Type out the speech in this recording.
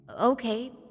Okay